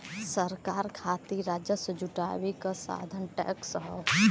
सरकार खातिर राजस्व जुटावे क साधन टैक्स हौ